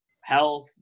health